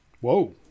Whoa